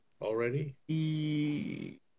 already